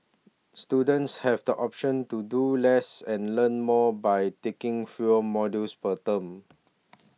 students have the option to do less and learn more by taking fewer modules per term